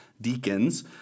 deacons